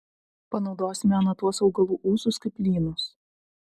panaudosime ana tuos augalų ūsus kaip lynus